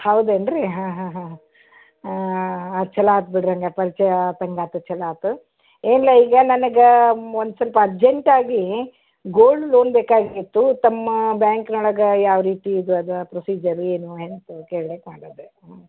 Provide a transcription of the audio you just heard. ಹೌದೇನು ರೀ ಹಾಂ ಹಾಂ ಹಾಂ ಹಾಂ ಆತು ಚಲೋ ಆತು ಬಿಡ್ರಿ ಹಂಗಾರೆ ರೀ ಪರಿಚಯ ಆತಂಗೆ ಆಯ್ತು ಚಲೋ ಆಯ್ತು ಏನಿಲ್ಲ ಈಗ ನನಗೆ ಮೊನ್ ಸ್ವಲ್ಪ ಅರ್ಜೆಂಟ್ ಆಗಿ ಗೋಲ್ಡ್ ಲೋನ್ ಬೇಕಾಗಿತ್ತು ತಮ್ಮ ಬ್ಯಾಂಕ್ನೊಳಗೆ ಯಾವ ರೀತಿ ಇದು ಅದ ಪ್ರೊಸೀಜರು ಏನು ಎಂತು ಕೇಳ್ಲಿಕ್ ಮಾಡಿದೆ ಹ್ಞೂ